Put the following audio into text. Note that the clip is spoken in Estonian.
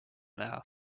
näha